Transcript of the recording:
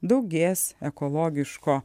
daugės ekologiško